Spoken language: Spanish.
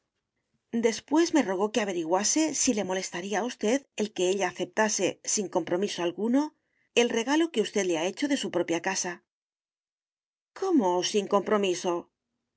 después me rogó que averiguase si le molestaría a usted el que ella aceptase sin compromiso alguno el regalo que usted le ha hecho de su propia casa cómo sin compromiso